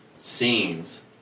scenes